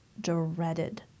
dreaded